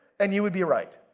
and you would be right.